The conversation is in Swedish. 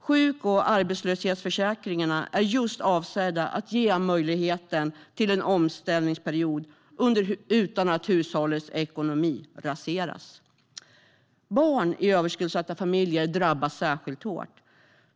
Sjuk och arbetslöshetsförsäkringarna är avsedda att ge möjligheten till en omställningsperiod utan att hushållets ekonomi raseras. Barn i överskuldsatta familjer drabbas särskilt hårt.